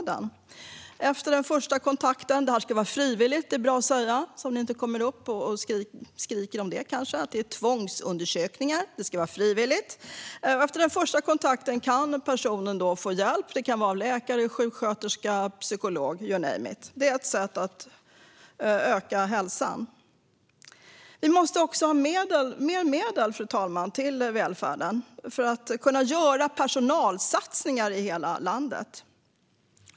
Det är bäst att jag säger att det här ska vara frivilligt, så att ni inte kommer upp i talarstolen och skriker om tvångsundersökningar. Efter den första kontakten kan personen i fråga få hjälp av en läkare, sjuksköterska eller psykolog - you name it. Det är ett sätt att öka hälsan. Fru talman! Vi måste ha mer medel till välfärden för att kunna göra personalsatsningar i hela landet.